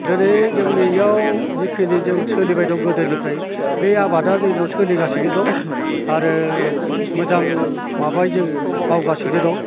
दिनै जोंनि बेयाव जेखिनि जों सोलिबाय दं गोदोनिफ्राय बे आबादा जोंनियाव सोलिगासिनो दं आरो मोजां माबा जों मावगासिनो दं